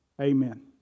Amen